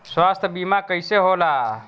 स्वास्थ्य बीमा कईसे होला?